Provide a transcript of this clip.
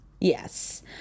yes